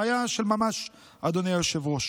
בעיה של ממש, אדוני היושב-ראש.